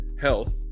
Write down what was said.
health